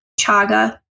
chaga